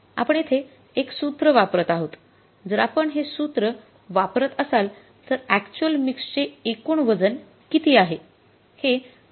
आपण येथे एक सूत्र वापरात आहोत जर आपण ते सूत्र वापरत असाल तर अॅक्च्युअल मिक्सचे एकूण वजन किती आहे